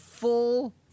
full